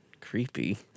Creepy